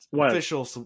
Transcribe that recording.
official